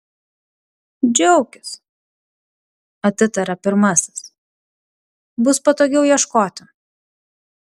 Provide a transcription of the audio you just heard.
džiaukis atitarė pirmasis bus patogiau ieškoti